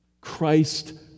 Christ